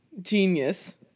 Genius